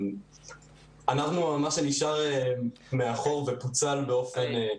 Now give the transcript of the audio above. אנחנו מה שנשאר מאחור ופוצל באופן לא מובן.